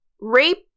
rape